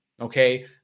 okay